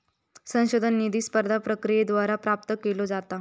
संशोधन निधी स्पर्धा प्रक्रियेद्वारे प्राप्त केलो जाता